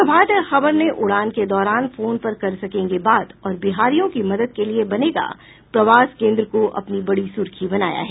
प्रभात खबर ने उड़ान के दौरान फोन पर कर सकेंगे बात और बिहारियों की मदद के लिये बनेगा प्रवास केंद्र को अपनी बड़ी सुर्खी बनाया है